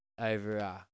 over